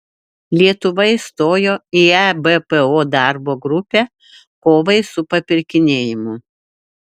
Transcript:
lietuva įstojo į ebpo darbo grupę kovai su papirkinėjimu